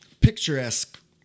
picturesque